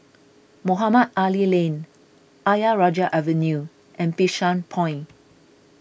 Mohamed Ali Lane Ayer Rajah Avenue and Bishan Point